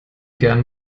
gern